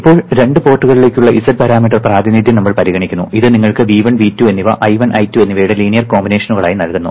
ഇപ്പോൾ രണ്ട് പോർട്ടുകളിലേക്കുള്ള z പാരാമീറ്റർ പ്രാതിനിധ്യം നമ്മൾ പരിഗണിക്കുന്നു ഇത് നിങ്ങൾക്ക് V1 V2 എന്നിവ I1 I2 എന്നിവയുടെ ലീനിയർ കോമ്പിനേഷനുകളായി നൽകുന്നു